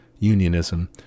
unionism